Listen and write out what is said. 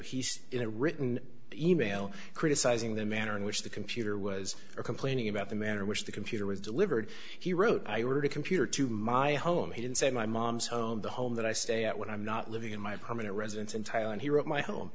a written e mail criticising the manner in which the computer was complaining about the manner in which the computer was delivered he wrote i ordered a computer to my home he didn't say my mom's own the home that i stay at when i'm not living in my permanent residence in thailand he wrote my home